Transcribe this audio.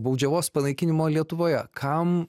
baudžiavos panaikinimo lietuvoje kam